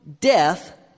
death